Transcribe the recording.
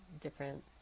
different